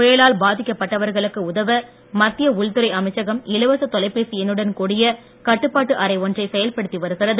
புயலால் பாதிக்கப் பட்டவர்களுக்கு உதவ மத்திய உள்துறை அமைச்சகம் இலவச தொலைபேசி எண்ணுடன் கூடிய கட்டப்பாட்டு அறை ஒன்றை செயல்படுத்தி வருகிறது